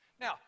Now